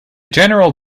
general